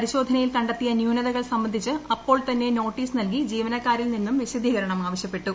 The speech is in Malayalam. പരിശോധനയിൽ ക ത്തിയ ന്യൂനതകൾ സംബന്ധിച്ച് അപ്പോൾ തന്നെ നോട്ടീസ് നൽകി ജീവനക്കാരിൽ നിന്നും വിശദീകര്യങ്ങൾ ആവശ്യപ്പെട്ടു